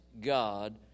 God